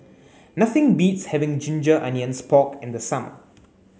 nothing beats having ginger onions pork in the summer